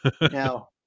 Now